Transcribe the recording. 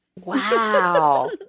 wow